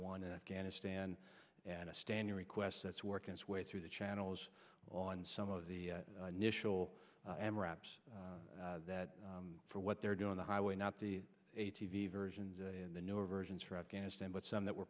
in afghanistan and a standing request that's working its way through the channels on some of the national and wraps that for what they're doing the highway not the a t v versions of the newer versions for afghanistan but some that we're